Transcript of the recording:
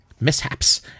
mishaps